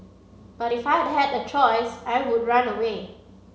but if I had a choice I would run away